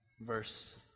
verse